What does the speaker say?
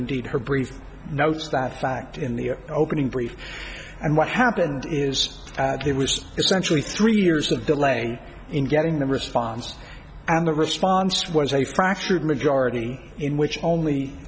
indeed her brief notes that fact in the opening brief and what happened is there was essentially three years of delay in getting the response and the response was a fractured majority in which only